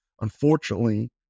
unfortunately